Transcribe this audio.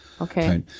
Okay